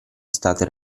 state